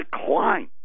decline